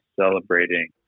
celebrating